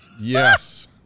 Yes